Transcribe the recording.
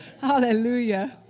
Hallelujah